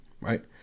right